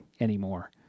anymore